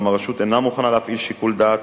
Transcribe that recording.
אולם הרשות אינה מוכנה להפעיל שיקול דעת,